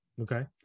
Okay